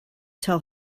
tell